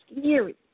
scary